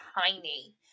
tiny